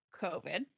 COVID